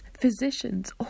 physicians